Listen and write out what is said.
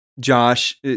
Josh